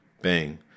Bang